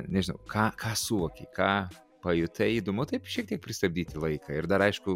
nežinau ką ką suvokei ką pajutai įdomu taip šiek tiek pristabdyti laiką ir dar aišku